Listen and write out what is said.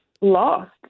lost